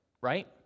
right